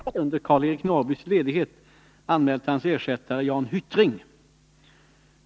Centerpartiets partigrupp har som suppleant i kulturutskottet under Karl-Eric Norrbys ledighet anmält hans ersättare Jan Hyttring.